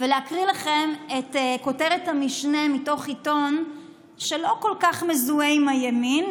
ולהקריא לכם את כותרת המשנה מתוך עיתון שלא כל כך מזוהה עם הימין,